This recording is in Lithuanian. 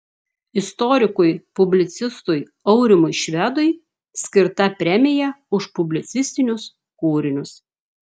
istorikui publicistui aurimui švedui skirta premija už publicistinius kūrinius